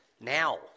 now